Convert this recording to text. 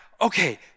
okay